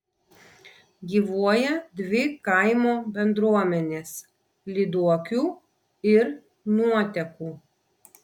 gyvuoja dvi kaimo bendruomenės lyduokių ir nuotekų